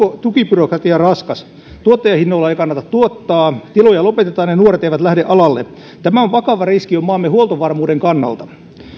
tukibyrokratia raskas tuottajahinnoilla ei kannata tuottaa tiloja lopetetaan ja nuoret eivät lähde alalle tämä on vakava riski jo maamme huoltovarmuuden kannalta